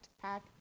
pack